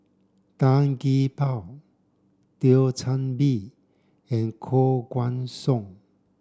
Tan Gee Paw Thio Chan Bee and Koh Guan Song